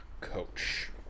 coach